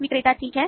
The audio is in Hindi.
विक्रेता ठीक है